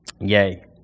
Yay